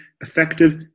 effective